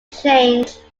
change